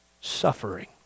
suffering